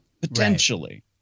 potentially